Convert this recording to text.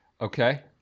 Okay